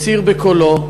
הצהיר בקולו,